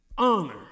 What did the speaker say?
Honor